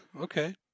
Okay